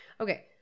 Okay